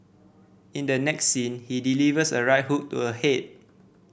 in the next scene he delivers a right hook to her head